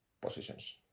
positions